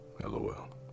LOL